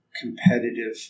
competitive